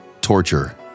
torture